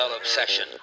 obsession